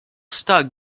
star